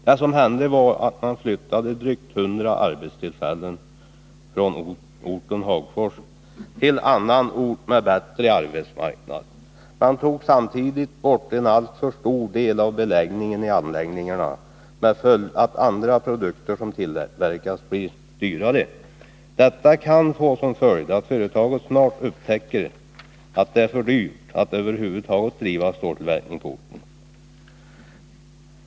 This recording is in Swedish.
Det som hände var att man flyttade drygt 100 arbetstillfällen från Hagfors till annan ort med bättre arbetsmarknad. Man tog samtidigt bort en alltför stor del av beläggningen i anläggningarna, vilket fick till följd att andra produkter som tillverkas blir dyrare. Detta kan leda till att företaget snart upptäcker att det är för dyrt att över huvud taget driva ståltillverkning på orten.